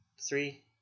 Three